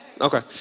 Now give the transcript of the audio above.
Okay